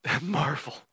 Marvel